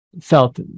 felt